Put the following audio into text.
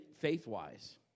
faith-wise